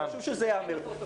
חשוב שזה ייאמר פה.